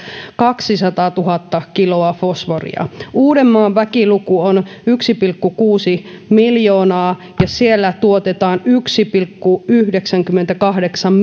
kaksisataatuhatta kiloa fosforia uudenmaan väkiluku on yksi pilkku kuusi miljoonaa ja siellä tuotetaan yksi pilkku yhdeksänkymmentäkahdeksan